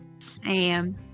Sam